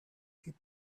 keep